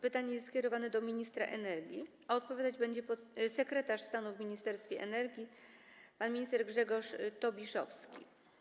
Pytanie jest skierowane do ministra energii, a odpowiadać będzie sekretarz stanu w Ministerstwie Energii pan minister Grzegorz Tobiszowski.